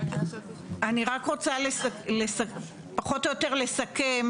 אני רק רוצה פחות או יותר לסכם